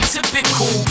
Typical